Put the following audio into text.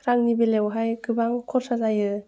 रांनि बेलायावहाय गोबां खरसा जायो